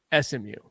SMU